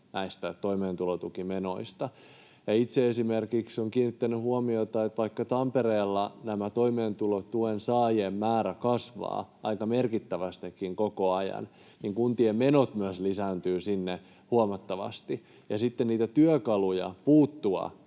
näistä toimeentulotukimenoista. Itse esimerkiksi olen kiinnittänyt huomiota siihen, että vaikkapa Tampereella toimeentulotuen saajien määrä kasvaa aika merkittävästikin koko ajan, ja myös kuntien menot sinne lisääntyvät huomattavasti, ja sitten niitä työkaluja puuttua